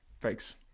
Thanks